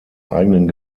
eigenen